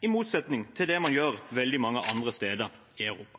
i motsetning til det man gjør veldig mange andre steder i Europa.